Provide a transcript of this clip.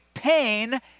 Pain